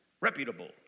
Reputable